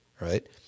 right